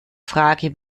frage